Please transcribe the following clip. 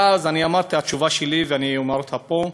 ואז אמרתי את התשובה שלי, ואומר אותה גם פה,